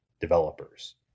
developers